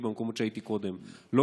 ככה לימדו אותי במקומות שהייתי קודם: לא